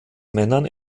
männern